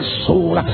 soul